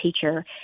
teacher